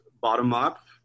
bottom-up